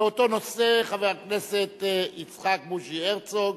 באותו נושא, חבר הכנסת יצחק בוז'י הרצוג,